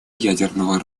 ядерного